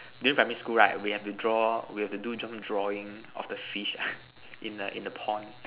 during primary school right we have to draw we have to do some drawing of the fish in the in the pond